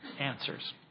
answers